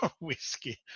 whiskey